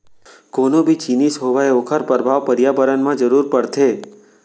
कोनो भी जिनिस होवय ओखर परभाव परयाबरन म जरूर परथे